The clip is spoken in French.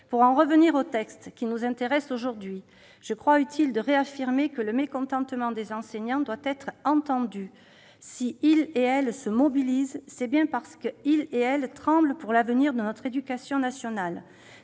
Pour en revenir au texte qui nous intéresse aujourd'hui, je réaffirme que le mécontentement des enseignants doit être entendu. S'ils, si elles se mobilisent, c'est bien parce qu'ils et elles tremblent pour l'avenir de notre éducation nationale